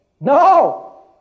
No